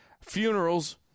Funerals